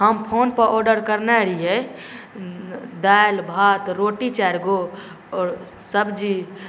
हम फोनपर ऑडर करने रहिए दालि भात रोटी चारिगो आओर सब्जी